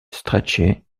strachey